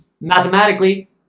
mathematically